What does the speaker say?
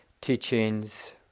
teachings